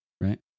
right